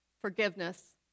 Forgiveness